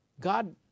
God